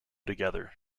together